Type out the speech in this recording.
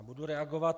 Budu reagovat.